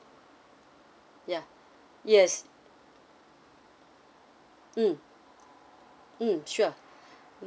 ya yes mm mm sure